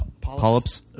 Polyps